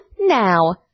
now